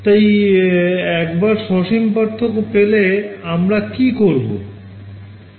তাই একবার সসীম পার্থক্য পেলে আমরা কি করবো